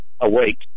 awake